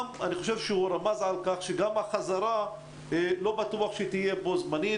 גם אני חושב שהוא רמז על-כך שלא בטוח שהחזרה תהיה בו זמנית.